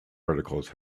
articles